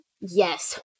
Yes